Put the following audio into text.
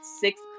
six